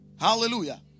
Hallelujah